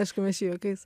aišku mes čia juokais